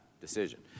decision